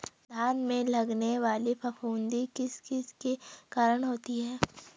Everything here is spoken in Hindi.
धान में लगने वाली फफूंदी किस किस के कारण होती है?